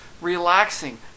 relaxing